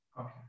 Okay